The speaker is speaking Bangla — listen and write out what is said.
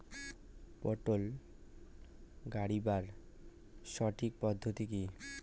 পটল গারিবার সঠিক পদ্ধতি কি?